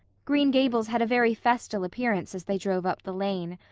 green gables had a very festal appearance as they drove up the lane.